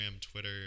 Twitter